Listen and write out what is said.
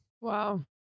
Wow